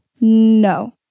No